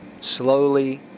Slowly